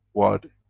what